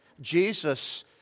Jesus